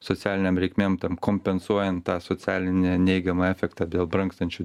socialinėm reikmėm tam kompensuojant tą socialinę neigiamą efektą dėl brangstančių